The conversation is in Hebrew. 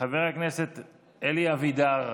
חבר הכנסת אלי אבידר,